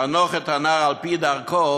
חנוך את הנער על-פי דרכו,